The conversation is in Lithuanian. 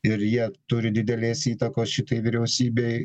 ir jie turi didelės įtakos šitai vyriausybei